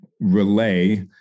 relay